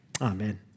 Amen